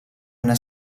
una